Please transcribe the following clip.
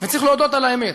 וצריך להודות על האמת.